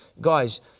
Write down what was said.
guys